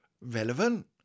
Relevant